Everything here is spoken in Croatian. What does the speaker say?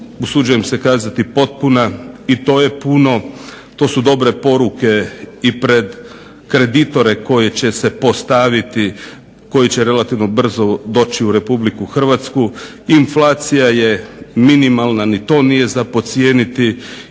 usuđujem se kazati potpuna i to je puno. To su dobre poruke i pred kreditore koje će se postaviti, koji će relativno brzo doći u Republiku Hrvatsku. Inflacija je minimalna, ni to nije za podcijeniti.